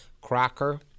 Crocker